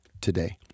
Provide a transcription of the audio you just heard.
today